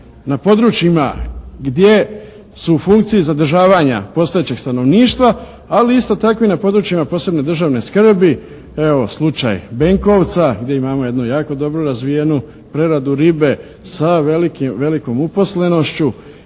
na područjima gdje su u funkciji zadržavanja postojećeg stanovništva, ali isto tako i na područjima posebne državne skrbi. Evo slučaj Benkovca gdje imamo jednu jako dobru razvijenu preradu ribe sa velikom uposlenošću.